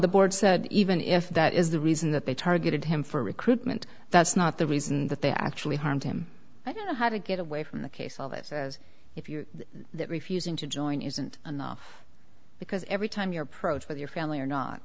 the board said even if that is the reason that they targeted him for recruitment that's not the reason that they actually harmed him i don't know how to get away from the case of it if you're refusing to join isn't enough because every time you're approach with your family or not